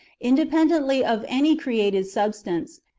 inde pendently of any created substance,